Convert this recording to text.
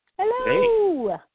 Hello